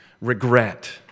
Regret